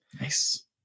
Nice